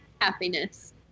Happiness